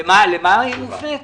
למה היא מופנית?